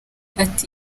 ati